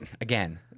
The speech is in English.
again